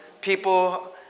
people